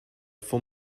for